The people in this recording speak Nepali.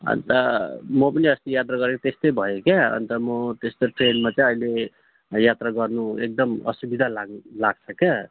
अन्त म पनि अस्ति यात्रा गरेको त्यस्तै भयो क्या अन्त म त्यस्तो ट्रेनमा चाहिँ अहिले यात्रा गर्नु एकदम असुविधा लाग्नु लाग्छ क्या